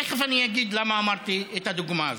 תכף אני אגיד למה נתתי את הדוגמה הזאת.